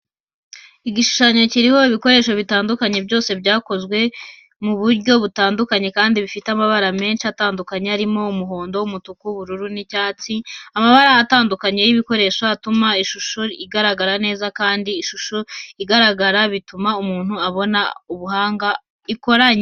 Igishushanyo kiriho ibikoresho bitandukanye, byose bikozwe mu buryo butandukanye kandi bifite amabara menshi atandukanye arimo, umuhondo, umutuku, ubururu n'icyatsi. Amabara atandukanye y'ibikoresho atuma ishusho igaragara neza, kandi uko ishusho igaragara, bituma umuntu abona ubuhanga ikoranye.